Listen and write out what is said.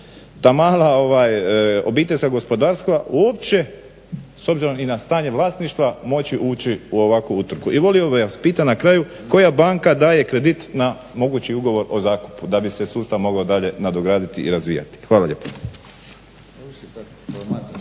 ta mala obiteljska gospodarstva uopće s obzirom i na stanje vlasništva moći ući u ovakvu utrku. I volio bih vas pitati na kraju koja banka daje kredit na mogući ugovor o zakupu da bi se sustav mogao dalje nadograditi i razvijati. Hvala lijepo.